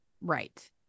Right